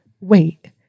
wait